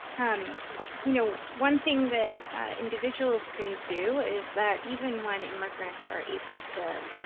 um you know, one thing that individuals can do is that, even when immigrants are able to